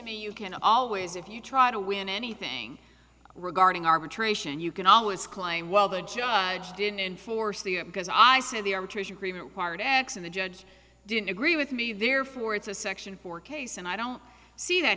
me you can always if you try to win anything regarding arbitration you can always claim well the judge didn't foresee it because i say the arbitration agreement required acts of the judge didn't agree with me therefore it's a section for case and i don't see that